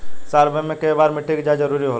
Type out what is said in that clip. साल में केय बार मिट्टी के जाँच जरूरी होला?